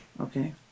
Okay